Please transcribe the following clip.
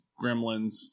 Gremlins